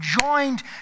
joined